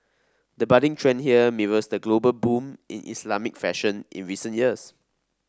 the budding trend here mirrors the global boom in Islamic fashion in recent years